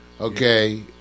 okay